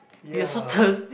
ya